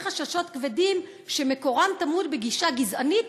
חששות כבדים שמקורה טמון בגישה גזענית,